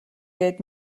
гээд